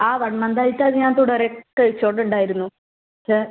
ആ വണ്ണം ഡയറ്റ് ആയത് ഞാൻ തുടരെ കഴിച്ചോണ്ട് ഉണ്ടായിരുന്നു പക്ഷെ